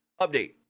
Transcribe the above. update